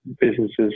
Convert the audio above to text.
businesses